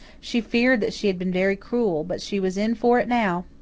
she feared that she had been very cruel, but she was in for it now.